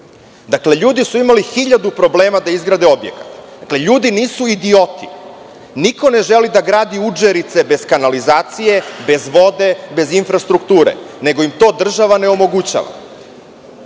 Dakle, ljudi su imali hiljadu problema da izgrade objekte. Ljudi nisu idioti, niko ne želi da gradi udžerice bez kanalizacije, bez vode, bez infrastrukture, nego im to država ne omogućava.